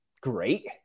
great